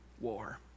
war